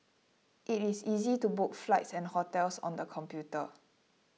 it is easy to book flights and hotels on the computer